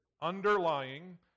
underlying